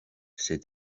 said